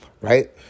right